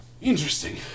Interesting